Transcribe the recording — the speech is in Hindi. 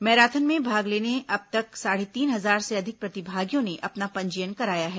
मैराथन में भाग लेने अब तक साढ़े तीन हजार से अधिक प्रतिभागियों ने अपना पंजीयन कराया है